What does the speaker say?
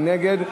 מי נגד?